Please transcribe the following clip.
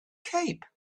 cape